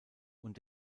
und